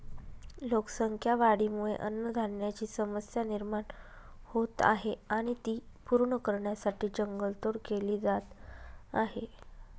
लोकसंख्या वाढीमुळे अन्नधान्याची समस्या निर्माण होत आहे आणि ती पूर्ण करण्यासाठी जंगल तोड केली जात आहे